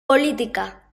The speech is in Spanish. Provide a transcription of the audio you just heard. política